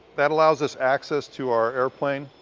that allows us access to our airplane.